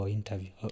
interview